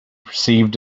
perceived